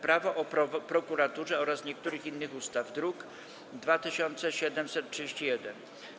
Prawo o prokuraturze oraz niektórych innych ustaw, druk nr 2731.